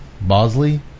Bosley